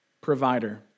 provider